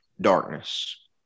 darkness